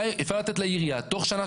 אפשר לתת לעירייה תוך שנה,